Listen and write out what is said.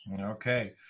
Okay